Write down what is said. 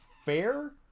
fair